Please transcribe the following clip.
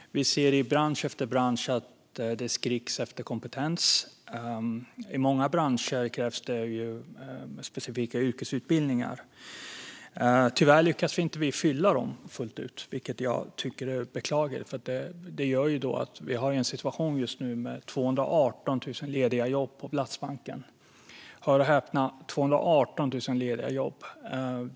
Vi ser hur bransch efter bransch skriker efter kompetens. I många branscher krävs det specifika yrkesutbildningar. Tyvärr lyckas vi inte fylla dem fullt ut, vilket jag tycker är beklagligt. Just nu har vi en situation med 218 000 lediga jobb på Platsbanken. Hör och häpna - 218 000 lediga jobb!